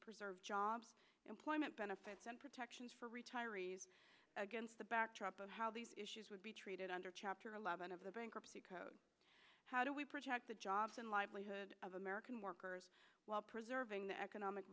preserve jobs employment benefits and protections for retirees against the backdrop of how these issues would be treated under chapter eleven of the bankruptcy code how do we protect the jobs and livelihood of american workers while preserving the economic